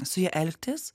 su ja elgtis